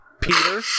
peter